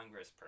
congressperson